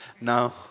No